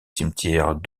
cimetière